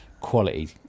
Quality